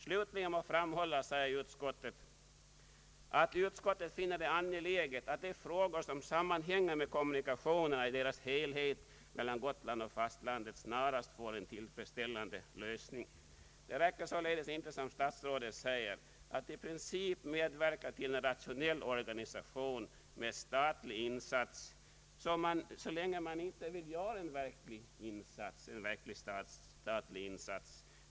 ”Slutligen må framhållas” — sade statsutskottet — ”att utskottet finner det angeläget att de frågor som sammanhänger med kommunikationerna i deras helhet mellan Gotland och fastlandet snarast får en tillfredsställande lösning.” Det räcker inte, som statsrådet säger, att staten i princip är beredd att medverka till en rationell transportorganisation med statlig insats, så länge staten inte är beredd att göra en verklig insats.